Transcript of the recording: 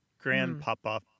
Grandpapa